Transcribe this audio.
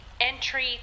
entry